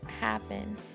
happen